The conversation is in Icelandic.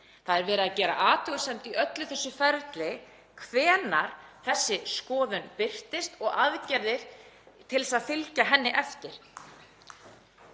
Það er verið að gera athugasemd í öllu þessu ferli við hvenær þessi skoðun birtist og aðgerðir til að fylgja henni eftir.